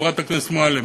חברת הכנסת מועלם,